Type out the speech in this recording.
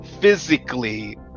physically